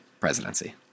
presidency